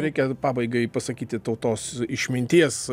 reikia pabaigai pasakyti tautos išminties